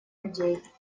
людей